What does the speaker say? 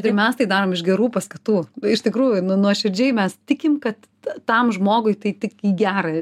tai mes tai darom iš gerų paskatų iš tikrųjų nu nuoširdžiai mes tikim kad tam žmogui tai tik į gerą